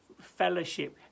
fellowship